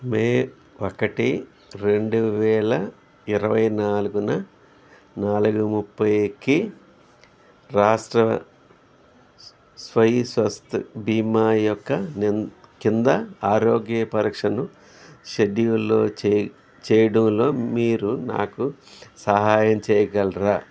మే ఒకటి రెండు వేల ఇరవై నాలుగున నాలుగు ముప్పైకి రాష్ట్రీయ స్వాస్థ్య బీమా యొక్క నిం కింద ఆరోగ్య పరీక్షను షెడ్యూలు చేయ్ చేయడంలో మీరు నాకు సహాయం చేయగలరా